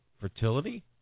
fertility